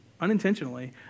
unintentionally